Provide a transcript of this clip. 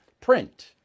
print